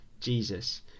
Jesus